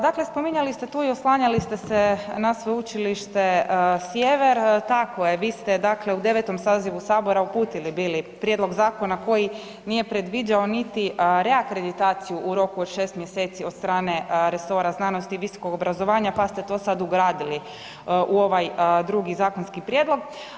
Dakle, spominjali ste tu i oslanjali ste se na Sveučilište Sjever, tako je, vi ste, dakle u 9. sazivu sabora uputili bili prijedlog zakona koji nije predviđao niti reakreditaciju u roku od 6. mjeseci od strane resora znanosti i visokog obrazovanja, pa ste to sad ugradili u ovaj drugi zakonski prijedlog.